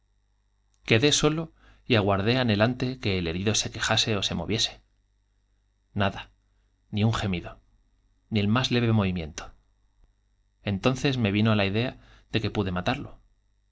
quedé solo y aguardé anhelante que el herido se quejase ó se moviese nada ni un gemido ni el más leve movimiento entonces me vino la idea de que pude matarlo